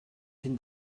cyn